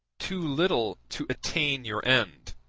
too little to attain your end